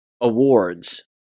awards